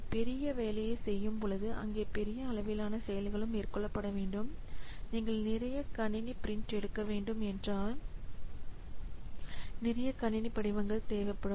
ஒரு பெரிய வேலையை செய்யும் பொழுது அங்கே பெரிய அளவிலான செயல்களும் மேற்கொள்ளப்பட வேண்டும் நீங்கள் நிறைய கணினி பிரிண்ட் அவுட் எடுக்க வேண்டும் என்றால் நிறைய கணினி படிவங்கள் தேவைப்படும்